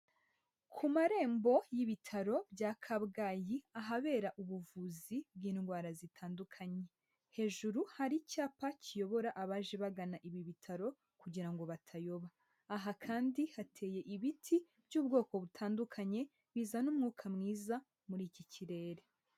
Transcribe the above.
Ku marembo y'ibitaro bya Kabgayi ahabera ubuvuzi bw'indwara zitandukanye, hejuru hari icyapa kiyobora abaje bagana ibi bitaro kugira ngo batayoba, aha kandi hateye ibiti by'ubwoko butandukanye bizana umwuka mwiza muri iki kirere.